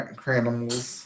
cranimals